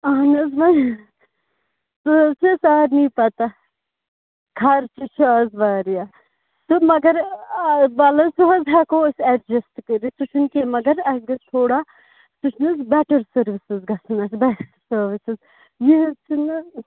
اَہَن حظ وۄنۍ سٔہ حظ چھِ سارِنی پتہ خرچہ چھِ آز واریاہ تہٕ مگر وَلہٕ حظ سُہ حظ ہٮ۪کَو أسۍ ایٚڈجَسٹ کٔرِتھ سُہ چھُنہٕ کیٚنٛہہ مگر اَسہِ گژھِ تھوڑا سُہ چھِنہٕ حظ بیٚٹَر سٔروِس گژھَن اَسہِ بَس سٔروِسِز یہِ حظ چھِنہٕ